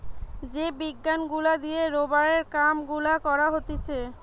যে বিজ্ঞান গুলা দিয়ে রোবারের কাম গুলা করা হতিছে